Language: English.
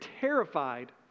terrified